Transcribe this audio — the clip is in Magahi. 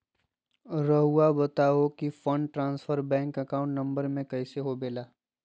रहुआ बताहो कि fund transfer bank account number में कैसे होबेला?